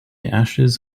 ashes